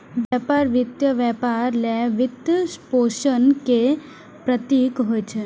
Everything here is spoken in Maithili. व्यापार वित्त व्यापार लेल वित्तपोषण के प्रतीक होइ छै